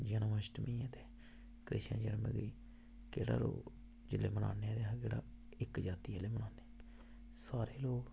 जन्मअष्टमी कृष्ण जन्म जेल्लै मनाने इक्क जाति आह्ले मनान्ने सारे लोक